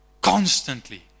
constantly